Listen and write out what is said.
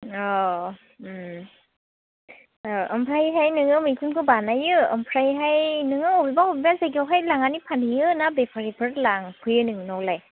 ओमफ्रायहाय नोङो मैखुनखौ बानायो ओमफ्रायहाय नोङो अबेबा अबेबा जायगायावहाय लांनानै फानहैयो ना बेफारिफोर लांफैयो नोंनावलाय